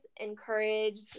encourage